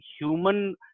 human